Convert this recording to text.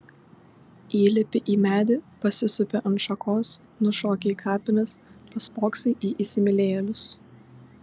įlipi į medį pasisupi ant šakos nušoki į kapines paspoksai į įsimylėjėlius